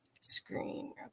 screen